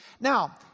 Now